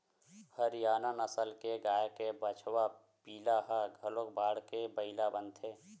हरियाना नसल के गाय के बछवा पिला ह घलोक बाड़के बइला बनथे